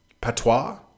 Patois